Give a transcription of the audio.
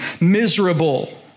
miserable